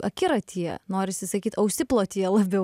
akiratyje norisi sakyt ausiplotyje labiau